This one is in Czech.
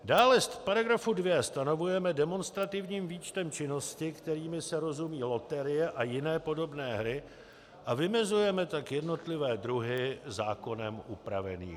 Dále v § 2 stanovujeme demonstrativním výčtem činnosti, kterými se rozumí loterie a jiné podobné hry a vymezujeme tak jednotlivé druhy zákonem upravených her.